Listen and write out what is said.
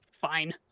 fine